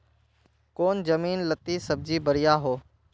कौन जमीन लत्ती सब्जी बढ़िया हों?